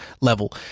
level